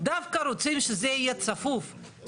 דווקא רוצים שזה יהיה צפוף,